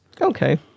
Okay